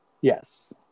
yes